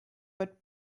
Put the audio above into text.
but